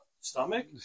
stomach